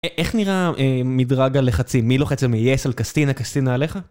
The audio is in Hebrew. איך נראה מדרג הלחצים? מי לוחץ על מי? יס על קסטינה? קסטינה עליך?